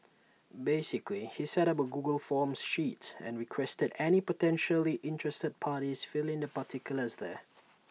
basically he set up A Google forms sheet and requested any potentially interested parties fill in their particulars there